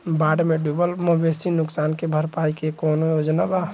बाढ़ में डुबल मवेशी नुकसान के भरपाई के कौनो योजना वा?